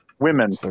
women